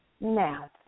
Now